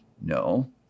No